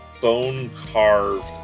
bone-carved